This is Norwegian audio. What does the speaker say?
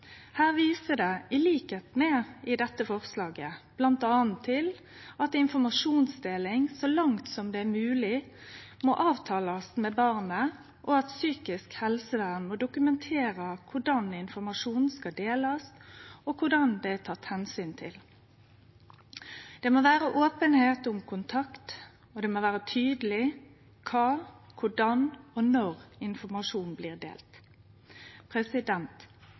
Her blir det, til liks med i dette forslaget, bl.a. vist til at informasjonsdeling, så langt det er mogleg, må avtalast med barnet, og at psykisk helsevern må dokumentere korleis informasjonen skal delast, og korleis det er tatt omsyn til. Det må vere openheit om kontakt, og det må vere tydeleg kva, korleis og når informasjon blir delt.